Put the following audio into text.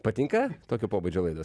patinka tokio pobūdžio laidos